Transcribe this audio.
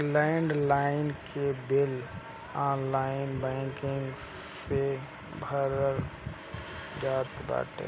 land line के bill online banking से भरा जात बाटे